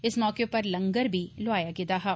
इस मौके उप्पर लंगर बी लोआया गेदा हा